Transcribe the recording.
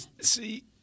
See